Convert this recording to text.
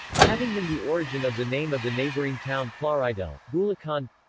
having him the origin of the name of the neighboring town plaridel, bulacan